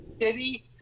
city